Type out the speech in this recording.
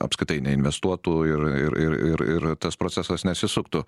apskritai neinvestuotų ir ir ir ir ir tas procesas nesisuktų